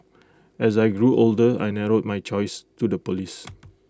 as I grew older I narrowed my choice to the Police